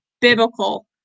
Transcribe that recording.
biblical